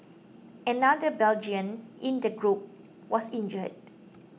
another Belgian in the group was injured